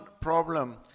problem